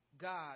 God